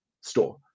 store